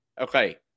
Okay